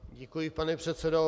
Děkuji, pane předsedo.